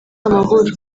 amahoro